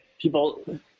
people